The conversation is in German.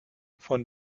von